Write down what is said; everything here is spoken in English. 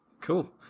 cool